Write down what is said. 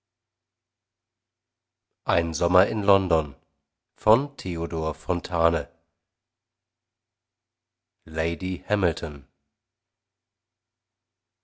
an lady hamilton